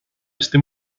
este